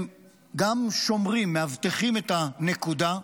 הם גם שומרים, מאבטחים את הנקודה,